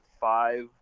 five